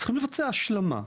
הם צריכים לבצע השלמה.